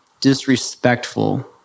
disrespectful